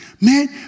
Man